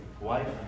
wife